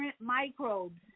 microbes